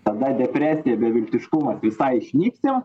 tada depresija beviltiškumas visai išnyksim